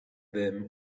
them